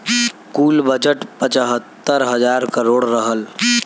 कुल बजट पचहत्तर हज़ार करोड़ रहल